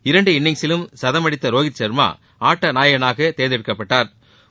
இரண்டு இன்னிங்சிலும் கதம் அடித்த ரோகித் ஷாமா ஆட்ட நாயகனாக தேர்ந்தெடுக்கப்பட்டாா்